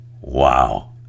Wow